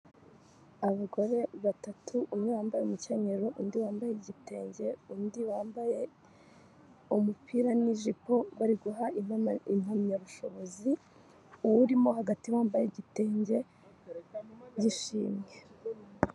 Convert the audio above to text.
Abagore batatu umwe yambaye umukenyero, undi wambaye igitenge, undi wambaye umupira n'ijipo bari guha impamyabushobozi, uwurimo hagati wambaye igitenge yishimye.